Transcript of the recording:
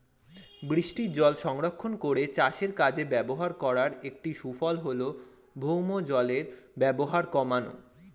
বৃষ্টিজল সংরক্ষণ করে চাষের কাজে ব্যবহার করার একটি সুফল হল ভৌমজলের ব্যবহার কমানো